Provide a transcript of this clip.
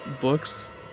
books